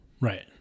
Right